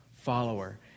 follower